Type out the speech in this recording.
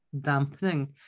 dampening